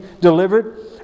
delivered